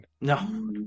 no